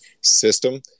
system